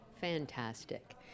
Fantastic